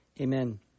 amen